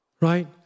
Right